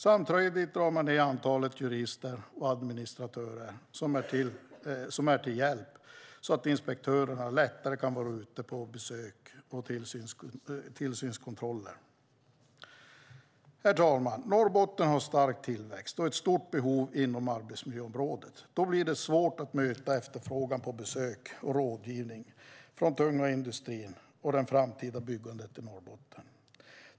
Samtidigt drar man ned antalet jurister och administratörer som är till hjälp så att inspektörerna lättare kan vara ute på besök och tillsynskontroller. Herr talman! Norrbotten har en stark tillväxt och stora behov inom arbetsmiljöområdet. Då blir det svårt att möta efterfrågan från vår tunga industri och det framtida byggandet i Norrbotten när det gäller besök och rådgivning.